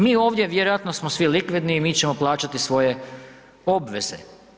Mi ovdje vjerojatno smo svi likvidni i mi ćemo plaćati svoje obveze.